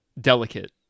delicate